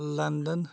London